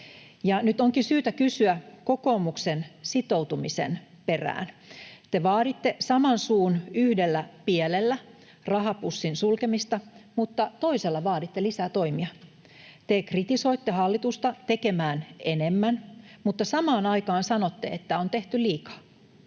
Nyt onkin syytä kysyä kokoomuksen sitoutumisen perään. Te vaaditte saman suun yhdellä pielellä rahapussin sulkemista, mutta toisella vaaditte lisää toimia. Te kritisoitte hallitusta tekemään enemmän, mutta samaan aikaan sanotte, että on tehty liikaa.